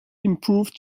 improved